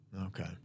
Okay